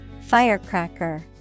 Firecracker